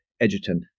Edgerton